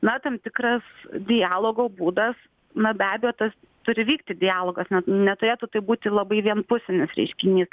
na tam tikras dialogo būdas na be abejo tas turi vykti dialogas net neturėtų tai būti labai vienpusinis reiškinys